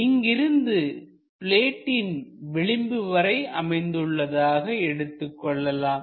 இங்கிருந்து பிளேடின் விளிம்பு வரை அமைந்துள்ளதாக எடுத்துக்கொள்வோம்